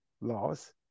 laws